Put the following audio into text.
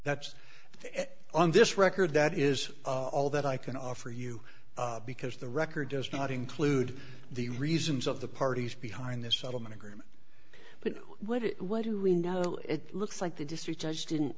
that's on this record that is all that i can offer you because the record does not include the reasons of the parties behind this settlement agreement but what it what do we know it looks like the district judge didn't